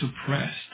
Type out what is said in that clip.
suppressed